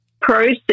process